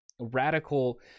radical